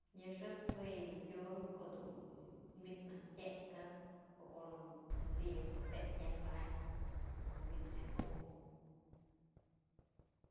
Yë xë'ët's jue yë du tyumbë, kodun wi'it naj tyëkë o në ko'o t'sip ko'o tel yaj manakyë, ko'o wi'it myaj pujëp.